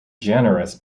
generous